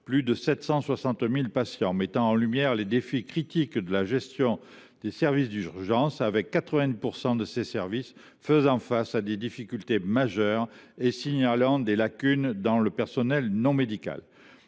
plus de 760 000 patients, ce qui met en lumière les défis critiques de la gestion des services d’urgence : 90 % de ces services font face à des difficultés majeures et signalent des carences dans le personnel non médical.